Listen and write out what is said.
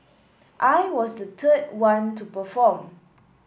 I was the third one to perform